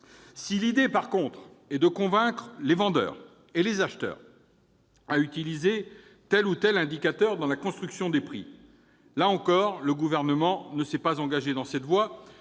Si l'idée est de contraindre vendeurs et acheteurs à utiliser tel ou tel indicateur dans la construction des prix, je le dis là encore : le Gouvernement ne s'est pas engagé dans cette voie,